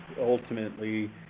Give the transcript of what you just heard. ultimately